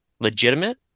legitimate